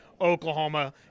Oklahoma